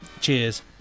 Cheers